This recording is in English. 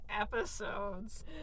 episodes